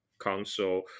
Council